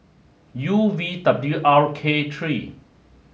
U V W R K three